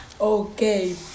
Okay